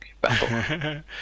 battle